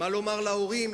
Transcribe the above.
מה לומר להורים,